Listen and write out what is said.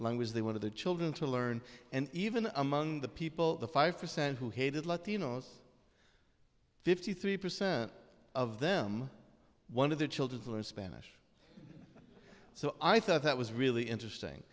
languages they wanted their children to learn and even among the people the five percent who hated latinos fifty three percent of them one of the children learn spanish so i thought that was really interesting